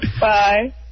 Bye